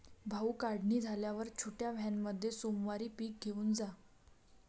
भाऊ, काढणी झाल्यावर छोट्या व्हॅनमध्ये सोमवारी पीक घेऊन जा